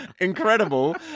incredible